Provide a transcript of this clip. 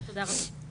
תודה רבה.